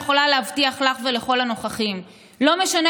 אני יכולה להבטיח לכל הנוכחים: לא משנה